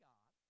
God